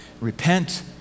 repent